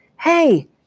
Hey